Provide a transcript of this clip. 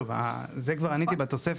טוב, זה כבר עניתי בתוספת.